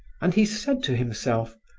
and he said to himself,